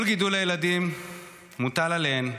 כל גידול הילדים מוטל עליהן.